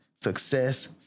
success